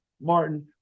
Martin